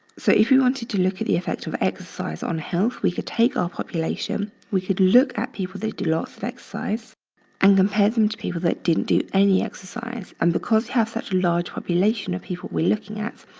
so if we wanted to look at the affect of exercise on health, we could take our population, we could look at people that do lots of exercise and compare them to people that didn't do any exercise. and because we have such large population of people we're looking at,